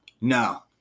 No